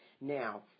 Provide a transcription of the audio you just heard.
now